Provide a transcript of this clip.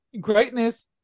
greatness